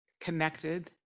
connected